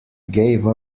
gave